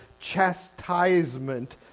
chastisement